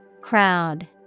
Crowd